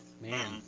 Man